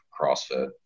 crossfit